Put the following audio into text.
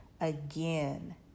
again